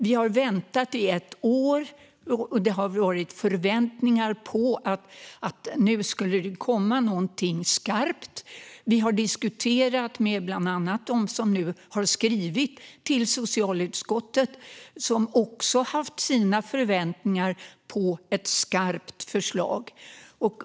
Vi har väntat i ett år, och det har funnits förväntningar på att det nu skulle komma någonting skarpt. Vi har diskuterat bland annat med dem som nu har skrivit till socialutskottet och också haft sina förväntningar på ett skarpt förslag.